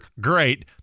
great